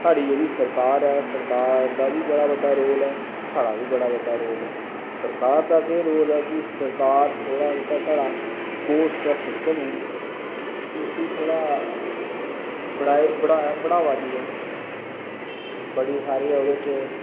साढ़ी जेह् ड़ी सरकार ऐ सरकार दा बी बड़ा बड्डा रोल ऐ साढ़ा बी बड़ा बड्डा रोल ऐ सरकार दा केह् रोल ऐ कि थोह्ड़ा जेह्का स्पोर्टस दा सिस्टम उसी थोह्ड़ा जेह्का बड़ावा देऐ बड़ी सारी ओह्दै च